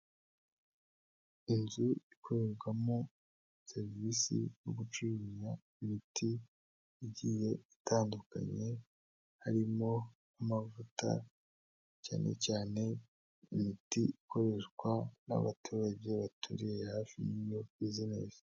Inzu ikorerwamo serivisi zo gucuruza imiti igiyeye itandukanye, harimo amavuta, cyane cyane imiti ikoreshwa n'abaturage baturiye hafi y'iyo bizinesi.